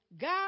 God